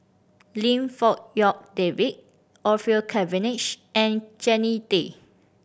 Lim Fong Rock David Orfeur Cavenagh and Jannie Tay